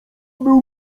był